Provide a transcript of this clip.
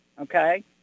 okay